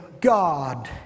God